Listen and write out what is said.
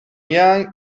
young